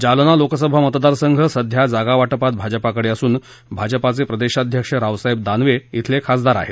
जालना लोकसभा मतदार संघ सध्या जागा वाटपात भाजपाकडे असून भाजपाचे प्रदेशाध्यक्ष रावसाहेब दानवे धिले खासदार आहेत